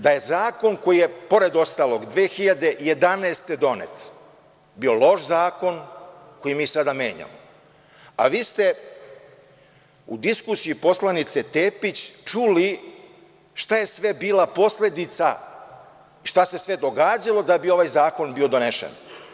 Da je zakon koji je, pored ostalog, 2011. godine donet bio loš zakon koji mi sada menjamo, a vi ste u diskusiji poslanice Tepić čuli šta je sve bila posledica i šta se sve događalo da bi ovaj zakon bio donesen.